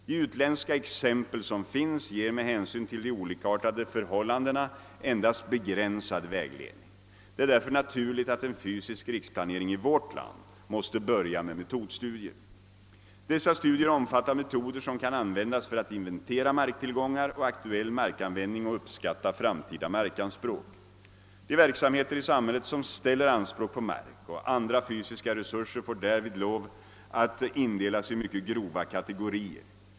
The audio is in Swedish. De utländska exempel som finns ger med hänsyn till de olikartade förhållandena endast begränsad vägledning. Det är därför naturligt, att en fysisk riksplanering i vårt land måste börja med metodstudier. Dessa studier omfattar metoder, som kan användas för att inventera marktillgångar och aktuell markanvändning och uppskatta framtida markanspråk. De verksamheter i samhället som ställer anspråk på mark och andra fysiska resurser får därvid lov att indelas i mycket grova kategorier.